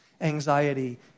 anxiety